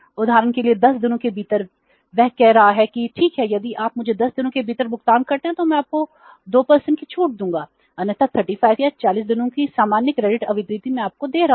उदाहरण के लिए 10 दिनों के भीतर वह कह रहा है कि ठीक है यदि आप मुझे 10 दिनों के भीतर भुगतान करते हैं तो मैं आपको 2 की छूट दूंगा अन्यथा 35 या 40 दिनों की सामान्य क्रेडिट अवधि मैं आपको दे रहा हूं